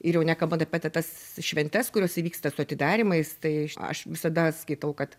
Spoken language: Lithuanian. ir jau nekalbant apie ta tas šventes kurios įvyksta su atidarymais tai aš visada skaitau kad